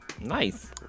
Nice